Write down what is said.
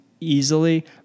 easily